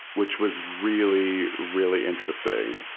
which was really, really interesting.